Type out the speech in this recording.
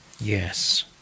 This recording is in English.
Yes